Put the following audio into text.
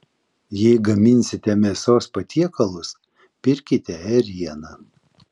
jei gaminsite mėsos patiekalus pirkite ėrieną